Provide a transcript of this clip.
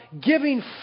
giving